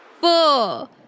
four